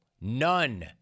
None